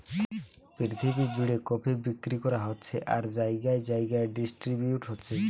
পৃথিবী জুড়ে কফি বিক্রি করা হচ্ছে আর জাগায় জাগায় ডিস্ট্রিবিউট হচ্ছে